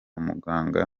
muganga